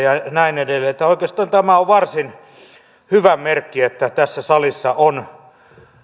ja näin edelleen oikeastaan tämä on varsin hyvä merkki että tässä salissa on